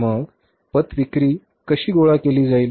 मग पत विक्री कशी गोळा केली जाईल